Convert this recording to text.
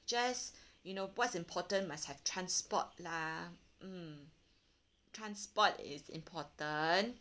just you know what's important must have transport lah mm transport is important